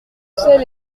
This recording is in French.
sel